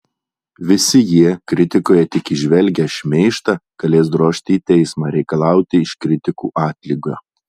visi jie kritikoje tik įžvelgę šmeižtą galės drožti į teismą reikalauti iš kritikų atlygio